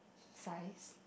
size